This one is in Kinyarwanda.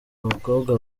abakobwa